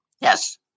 Yes